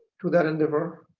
to that endeavor